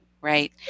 Right